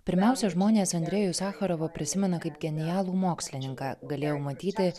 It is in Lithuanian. pirmiausia žmonės andrejų sacharovą prisimena kaip genialų mokslininką galėjau matyti